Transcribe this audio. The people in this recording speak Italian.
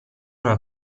una